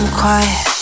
quiet